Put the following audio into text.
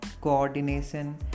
coordination